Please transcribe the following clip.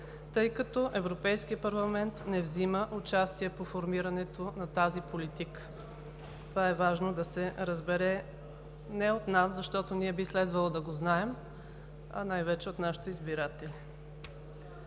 тъй като Европейският парламент не взима участие по формирането на тази политика. Това е важно да се разбере не от нас, защото ние би следвало да го знаем, а най-вече от нашите избиратели.